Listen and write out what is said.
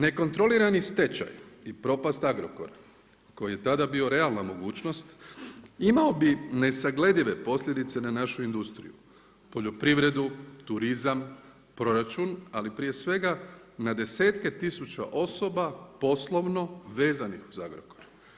Nekontrolirani stečaj i propast Agrokora, koja je tada bio realna mogućnost, imao bi nesagledive posljedice na našu industriju, poljoprivredu, turizam, proračun, ali prije svega, na desetke tisuća osoba poslovno vezanih uz Agrokor.